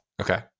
Okay